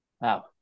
Wow